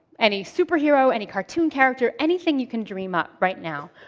any superhero, any cartoon character, anything you can dream up right now,